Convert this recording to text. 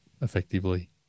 effectively